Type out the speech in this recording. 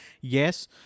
Yes